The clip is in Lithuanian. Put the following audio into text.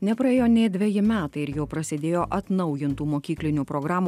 nepraėjo nė dveji metai ir jau prasidėjo atnaujintų mokyklinių programų